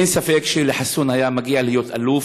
אין ספק שלחסון היה מגיע להיות אלוף,